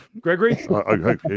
Gregory